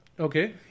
Okay